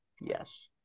Yes